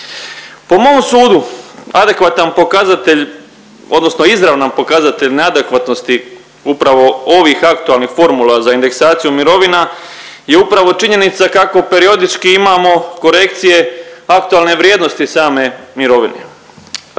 odnosno izravan pokazatelj neadekvatnosti upravo ovih aktualnih formula za indeksaciju mirovina je upravo činjenica kako periodički imamo korekcije aktualne vrijednosti same mirovine.